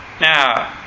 Now